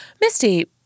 Misty